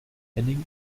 henning